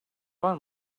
var